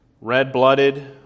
red-blooded